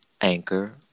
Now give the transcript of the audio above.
anchor